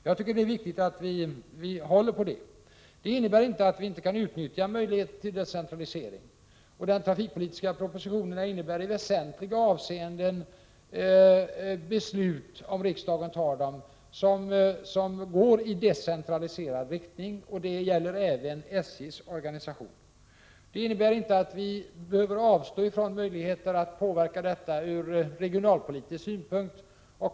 Jag tycker det är viktigt att vi håller på det. Detta innebär inte att vi inte kan utnyttja möjligheter till decentralisering. Den trafikpolitiska propositionen innebär i väsentliga avseenden beslut — om riksdagen tar dem — som går i decentraliserande riktning, även när det gäller SJ:s organisation. Detta innebär inte att vi behöver avstå från möjligheter att påverka detta ur regionalpolitisk synpunkt.